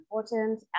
important